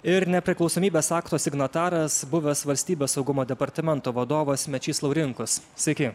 ir nepriklausomybės akto signataras buvęs valstybės saugumo departamento vadovas mečys laurinkus sveiki